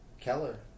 Keller